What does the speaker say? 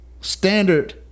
standard